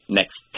next